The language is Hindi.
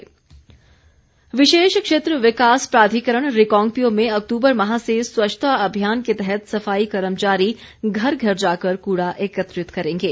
सफाई अभियान विशेष क्षेत्र विकास प्राधिकरण रिकांगपिओ में अक्तूबर माह से स्वच्छता अभियान के तहत सफाई कर्मचारी घर घर जाकर कूड़ा एकत्रित करेंगे